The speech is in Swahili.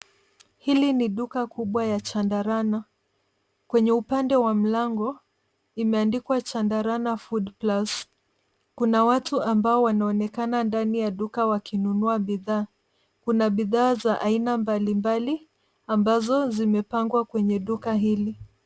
Hili ni duka kubwa ya Chandarana. Kwenye upande wa mlango, imeandikwa Chandarana Foodplus. Kuna watu ambao wanaonekana ndani ya duka wakinunuwa bidhaa, kuna bidhaa za aina mbalimbali ambazo zimepangwa kwenye duka hili.